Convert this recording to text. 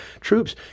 troops